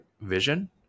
vision